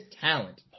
talent